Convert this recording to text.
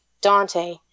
Dante